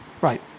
Right